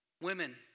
Women